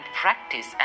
practice